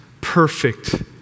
perfect